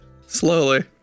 Slowly